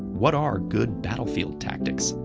what are good battlefield tactics?